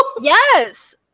Yes